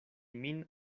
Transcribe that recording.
min